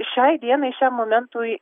šiai dienai šiam momentui